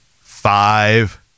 five